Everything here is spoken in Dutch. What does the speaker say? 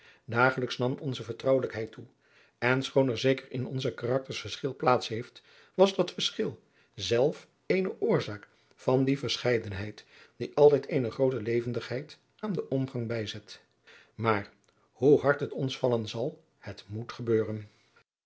dagelijks nam onze vertrouwelijkheid toe en schoon er zeker in onze karakters verschil plaats heeft was dat verschil zelf eene oorzaak van die verscheidenheid die altijd eene groote levendigheid aan den omgang bijzet maar hoe hard het ons vallen zal het moet gebeuren